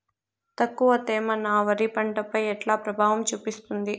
తక్కువ తేమ నా వరి పంట పై ఎట్లా ప్రభావం చూపిస్తుంది?